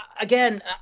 again